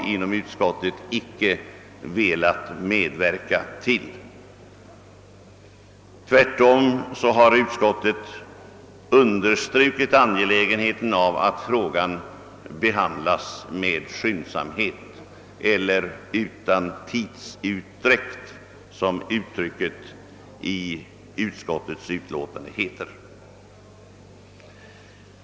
Utskottsmajoriteten har inte velat medverka härtill. Tvärtom har utskottet understrukit angelägenheten av att frågan behandlas med skyndsamhet eller »utan tidsutdräkt», som uttrycket lyder i utskottsutlåtandet.